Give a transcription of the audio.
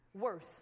worth